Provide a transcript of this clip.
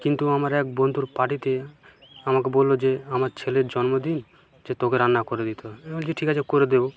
কিন্তু আমার এক বন্ধুর পার্টিতে আমাকে বললো যে আমার ছেলের জন্মদিন যে তোকে রান্না করে দিতে হবে আমি বলছি ঠিক আছে করে দেবো